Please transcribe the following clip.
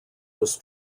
was